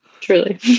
Truly